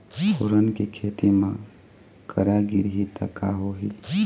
फोरन के खेती म करा गिरही त का होही?